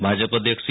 ભાજપ અધ્ક્ષ સી